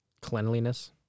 Cleanliness